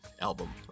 album